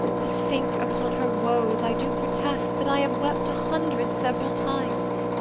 to think upon her woes, i do protest that i have wept a hundred several times.